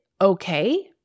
okay